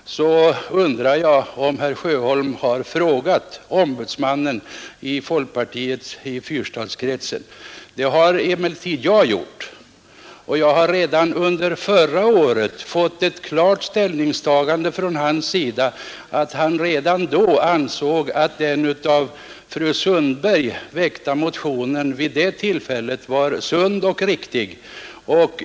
Jag undrar om herr Sjöholm har frågat folkpartiets ombudsman i fyrstadskretsen. Jag har emellertid gjort det, och jag fick redan förra året ett klart uttalande från honom om att han ansåg den vid det tillfället av fru Sundberg väckta motionen vara bra och riktig.